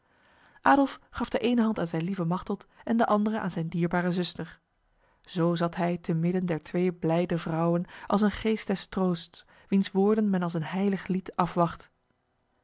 gaf de ene hand aan zijn lieve machteld en de andere aan zijn dierbare zuster zo zat hij te midden der twee blijde vrouwen als een geest des troosts wiens woorden men als een heilig lied afwacht